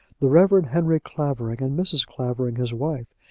the reverend henry clavering, and mrs. clavering his wife,